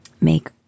make